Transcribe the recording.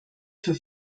für